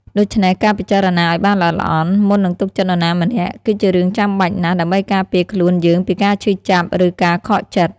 ដូច្នេះ ការពិចារណាឲ្យបានល្អិតល្អន់ មុននឹងទុកចិត្តនរណាម្នាក់ គឺជារឿងចាំបាច់ណាស់ដើម្បីការពារខ្លួនយើងពីការឈឺចាប់ ឬការខកចិត្ត។